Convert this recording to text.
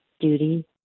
duty